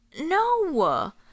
no